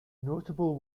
notable